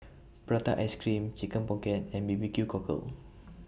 Prata Ice Cream Chicken Pocket and B B Q Cockle